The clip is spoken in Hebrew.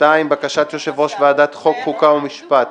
בקשת יושב-ראש ועדת חוקה, חוק ומשפט